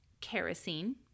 kerosene